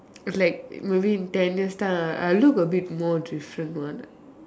like maybe in ten years time I'll look a bit more different what